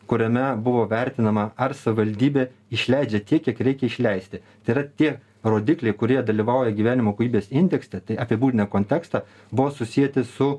kuriame buvo vertinama ar savivaldybė išleidžia tiek kiek reikia išleisti tai yra tie rodikliai kurie dalyvauja gyvenimo kokybės indekse tai apibūdina kontekstą buvo susieti su